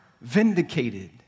vindicated